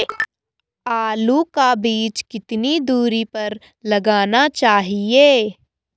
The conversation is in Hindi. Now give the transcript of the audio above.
आलू का बीज कितनी दूरी पर लगाना चाहिए?